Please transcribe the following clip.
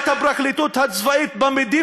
אתה רואה את הפרקליטות הצבאית במדים